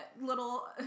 little